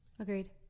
Agreed